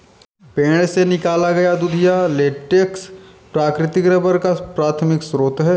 पेड़ से निकाला गया दूधिया लेटेक्स प्राकृतिक रबर का प्राथमिक स्रोत है